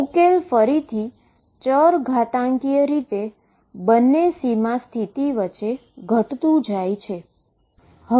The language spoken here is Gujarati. ઉકેલ ફરીથી એક્સ્પોનેસીઅલ રીતે બંને સીમા સ્થિતિ વચ્ચે ઘટ્તુ જાય છે